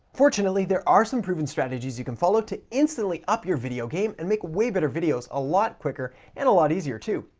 fortunately, there are some proven strategies you can follow to instantly up your video game and make way better videos a lot quicker and a lot easier too.